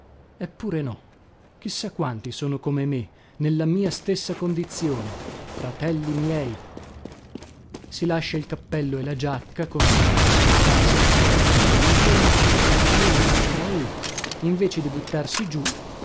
eppure no chi sa quanti sono come me nella mia stessa condizione fratelli miei si lascia il cappello e la giacca con una lettera in tasca sul parapetto dun ponte su un fiume e poi invece di buttarsi giù